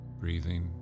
breathing